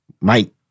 Mike